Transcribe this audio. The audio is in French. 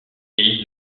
pays